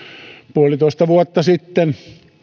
puolitoista vuotta sitten ei